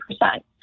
percent